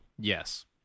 Yes